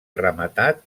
rematat